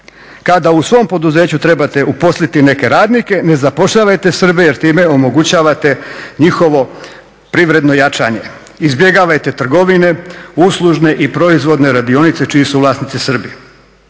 Kada u svom poduzeću trebate uposliti neke radnike ne zapošljavajte Srbe jer time omogućavate njihovo privredno jačanje. Izbjegavajte trgovine, uslužne i proizvodne radionice čiji su vlasnici Srbi.